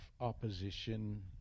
opposition